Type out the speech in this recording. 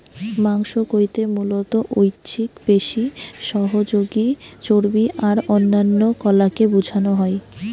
মাংস কইতে মুলত ঐছিক পেশি, সহযোগী চর্বী আর অন্যান্য কলাকে বুঝানা হয়